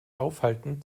aufhalten